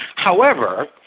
however,